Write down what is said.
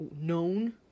known